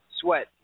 sweat